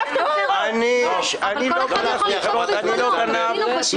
נא לא להפריע חברת הכנסת זנדברג.